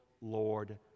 lord